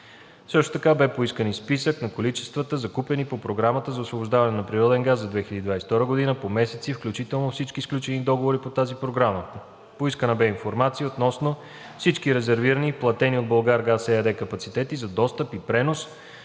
Също така беше поискан и списък на количествата, закупени по Програмата за освобождаване на природен газ за 2022 г., по месеци, включително всички сключени договори по тази програма. Поискана беше информация относно всички резервирани и платени от „Булгаргаз“ ЕАД капацитети за достъп и пренос